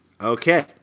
Okay